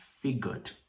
figured